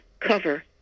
cover